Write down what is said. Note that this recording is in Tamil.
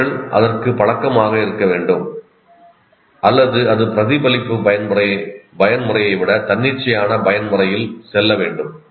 அவர்கள் அதற்குப் பழக்கமாக இருக்க வேண்டும் அல்லது அது பிரதிபலிப்பு பயன்முறையை விட தன்னிச்சையான பயன்முறையில் செல்ல வேண்டும்